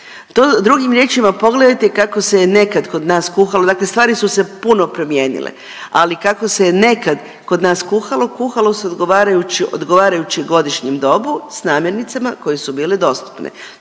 drugim riječima, pogledajte kako se je nekad kod nas kuhalo, dakle stvari su se puno promijenile, ali kako se nekad kod nas kuhalo, kuhalo se odgovarajuće godišnjem dobu s namirnicama koje su bile dostupne.